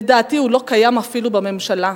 לדעתי הוא לא קיים אפילו בממשלה,